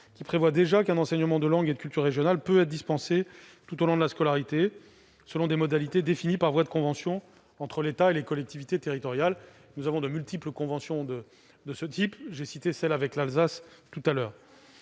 qui prévoit déjà qu'un enseignement de langue et de culture régionales peut être dispensé tout au long de la scolarité, selon des modalités définies par voie de conventions entre l'État et les collectivités territoriales. Nous avons de multiples conventions de ce type ; je citais, précédemment, celle